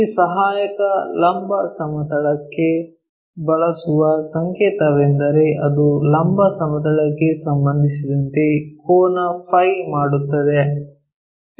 ಈ ಸಹಾಯಕ ಲಂಬ ಸಮತಲಕ್ಕಾಗಿ ಬಳಸುವ ಸಂಕೇತವೆಂದರೆ ಅದು ಲಂಬ ಸಮತಲಕ್ಕೆ ಸಂಬಂಧಿಸಿದಂತೆ ಕೋನ ಫೈ Φ ಮಾಡುತ್ತದೆ